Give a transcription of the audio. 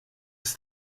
das